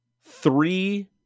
three